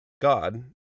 God